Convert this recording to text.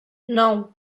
nou